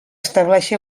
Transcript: estableixi